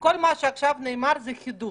כל מה שעכשיו נאמר זה חידוש